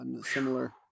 similar